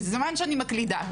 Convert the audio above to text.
בזמן שאני מקלידה,